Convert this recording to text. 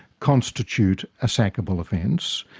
constitute a sackable offence.